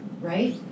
right